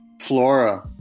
flora